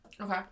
Okay